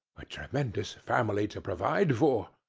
a tremendous family to provide for!